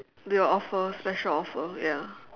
the your offer special offer ya